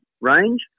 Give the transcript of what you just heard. range